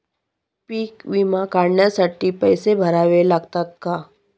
पीक विमा काढण्यासाठी पैसे भरावे लागतात का?